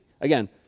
Again